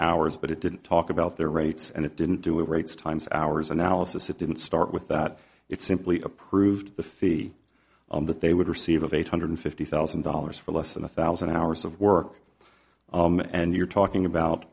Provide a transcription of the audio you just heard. hours but it didn't talk about their rates and it didn't do it rates times hours analysis it didn't start with that it simply approved the fee that they would receive of eight hundred fifty thousand dollars for less than one thousand hours of work and you're talking about